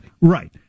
Right